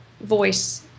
voice